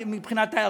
מבחינת ההיערכות,